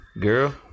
Girl